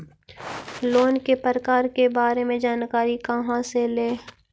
Loan के प्रकार के बारे मे जानकारी कहा से ले?